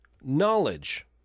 Knowledge